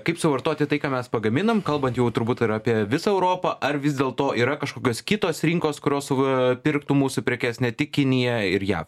kaip suvartoti tai ką mes pagaminam kalbant jau turbūt ir apie visą europą ar vis dėlto yra kažkokios kitos rinkos kurios pirktų mūsų prekes ne tik kiniją ir jav